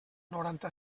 noranta